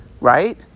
right